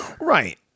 Right